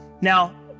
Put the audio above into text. Now